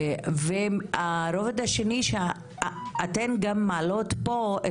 הרובד השני שאתן גם מעלות פה,